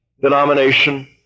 denomination